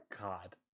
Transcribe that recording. god